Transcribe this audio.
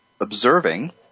observing